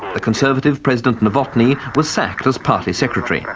the conservative president novotny was sacked as party secretary.